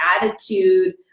attitude